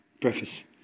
preface